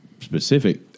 specific